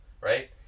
right